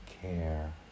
care